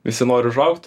visi nori užaugt